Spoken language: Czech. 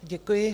Děkuji.